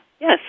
yes